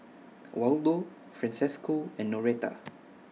Waldo Francesco and Noreta